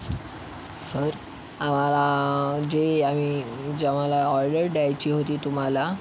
sir आम्हाला जे आम्ही जे आम्हाला ऑर्डर द्यायची होती तुम्हाला